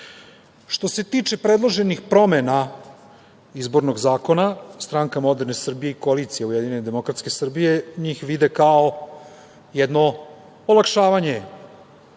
se tiče predloženih promena Izbornog zakona, Stranka moderne Srbije i koalicija Ujedinjene demokratske Srbije njih vide kao jedno olakšavanje